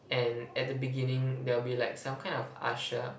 and at the beginning there will be like some kind of usher